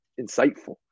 insightful